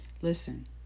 Listen